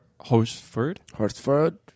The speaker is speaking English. Horsford